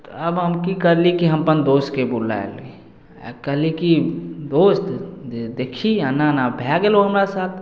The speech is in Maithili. तऽ आब हम की करली कि हम अपन दोस्तके बुलयली आओर कहली कि दोस्त जे देखही एना एना भए गेलौ हमरा साथ